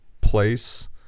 place